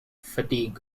fatigue